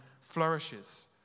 flourishes